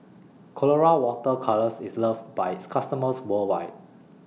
Colora Water Colours IS loved By its customers worldwide